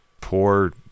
poor